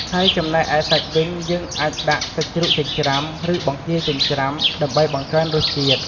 ហើយចំណែកឯសាច់វិញ យើងអាចដាក់ សាច់ជ្រូកចិញ្ច្រាំ ឬ បង្គាចិញ្ច្រាំ ដើម្បីបង្កើនរសជាតិ។